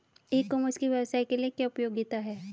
ई commerce की व्यवसाय के लिए क्या उपयोगिता है?